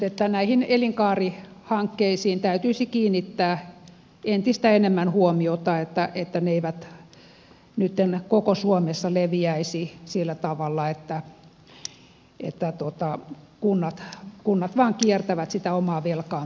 mutta näihin elinkaarihankkeisiin täytyisi kiinnittää entistä enemmän huomiota että ne eivät nyt koko suomessa leviäisi sillä tavalla että kunnat vaan kiertävät sitä omaa velkaantumista